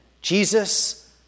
Jesus